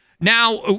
Now